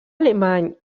alemany